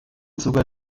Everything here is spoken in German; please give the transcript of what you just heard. sogar